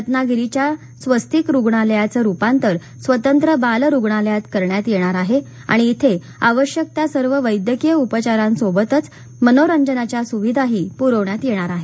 रत्नागिरीच्या स्वस्तिक रुग्णालयाचं रुपांतर स्वतंत्र बालरुग्णालयात करण्यात येणार आहे आणि इथे आवश्यक त्या सर्व वैद्यकीय उपचारांसोबतच मनोरंजनाच्या सुविधाही पुरवण्यात येणार आहेत